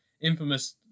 infamous